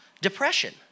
depression